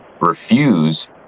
refuse